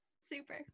Super